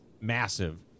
massive